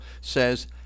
says